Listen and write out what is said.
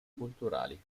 culturali